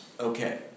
Okay